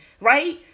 right